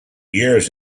years